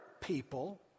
people